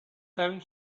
time